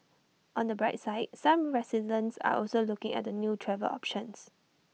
on the bright side some residents are also looking at the new travel options